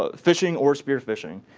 ah fishing or spear phishing.